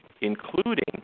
including